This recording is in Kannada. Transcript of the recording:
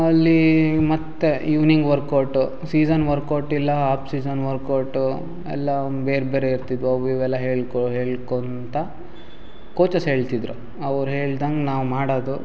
ಅಲ್ಲಿ ಮತ್ತೆ ಈವ್ನಿಂಗ್ ವರ್ಕೌಟು ಸೀಸನ್ ವರ್ಕೌಟ್ ಇಲ್ಲ ಹಾಫ್ ಸೀಸನ್ ವರ್ಕೌಟು ಎಲ್ಲ ಬೇರೆ ಬೇರೆ ಇರ್ತಿದ್ದವು ಅವು ಇವು ಎಲ್ಲ ಹೇಳ್ಕೊ ಹೇಳ್ಕೊತಾ ಕೋಚಸ್ ಹೇಳ್ತಿದ್ದರು ಅವ್ರು ಹೇಳ್ದಂಗೆ ನಾವು ಮಾಡೋದು